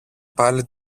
πάλι